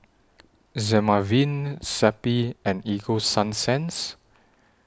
Dermaveen Zappy and Ego Sunsense